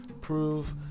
prove